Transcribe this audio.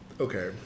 Okay